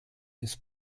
des